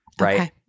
right